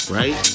right